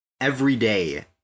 everyday